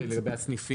לגבי הסניפים.